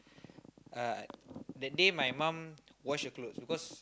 uh that day my mom wash her clothes because